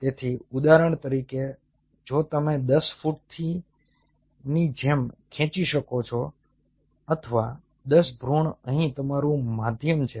તેથી ઉદાહરણ તરીકે જો તમે 10 ફૂટથી ની જેમ ખેંચી શકો છો અથવા 10 ભૃણ અહીં તમારું માધ્યમ છે